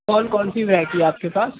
کون کون سی ورائٹی آپ کے پاس